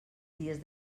dies